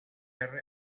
allen